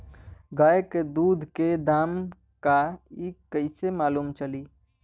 गाय के दूध के दाम का ह कइसे मालूम चली?